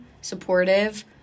supportive